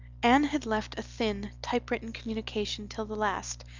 anne had left a thin, typewritten communication till the last,